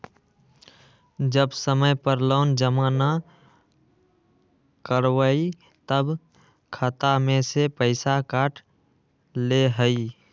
जब समय पर लोन जमा न करवई तब खाता में से पईसा काट लेहई?